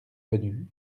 venu